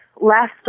Last